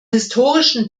historischen